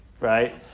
right